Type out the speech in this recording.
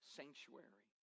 sanctuary